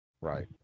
Right